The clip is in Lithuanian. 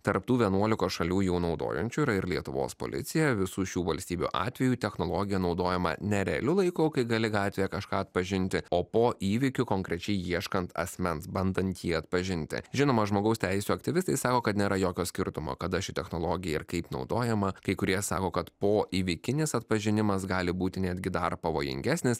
tarp tų vienuolikos šalių jau naudojančių yra ir lietuvos policija visų šių valstybių atveju technologija naudojama ne realiu laiku kai gali gatvėje kažką atpažinti o po įvykių konkrečiai ieškant asmens bandant jį atpažinti žinoma žmogaus teisių aktyvistai sako kad nėra jokio skirtumo kada ši technologija ir kaip naudojama kai kurie sako kad poįvykinis atpažinimas gali būti netgi dar pavojingesnis